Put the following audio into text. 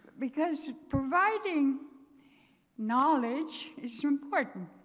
because providing knowledge is so important.